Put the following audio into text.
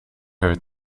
her